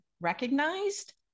recognized